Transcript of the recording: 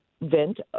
vent